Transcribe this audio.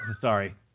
sorry